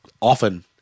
often